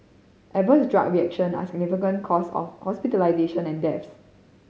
adverse drug reaction are a significant cause of hospitalisation and deaths